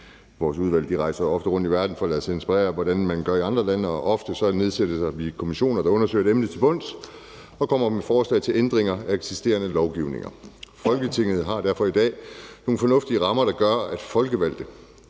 vores udvalg rejser ofte rundt i verden for at lade sig inspirere af, hvordan man gør i andre lande, og ofte nedsætter vi kommissioner, der undersøger et emne til bunds og kommer med forslag til ændringer af eksisterende lovgivning. Folketinget har derfor i dag nogle fornuftige rammer, der gør, at folkevalgte